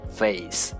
face